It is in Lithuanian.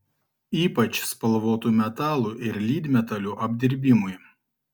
ypač spalvotų metalų ir lydmetalių apdirbimui